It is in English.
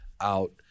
out